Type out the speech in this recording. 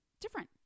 different